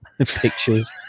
Pictures